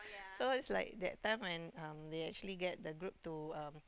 so is like that time when um they actually get the group to um